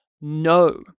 no